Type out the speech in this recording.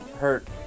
hurt